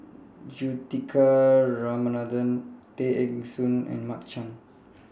Juthika Ramanathan Tay Eng Soon and Mark Chan